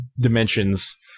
dimensions